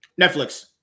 Netflix